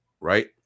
right